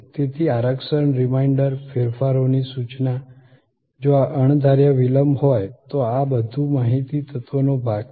તેથી આરક્ષણ રીમાઇન્ડર ફેરફારોની સૂચના જો આ અણધાર્યા વિલંબ હોય તો આ બધું માહિતી તત્વનો ભાગ છે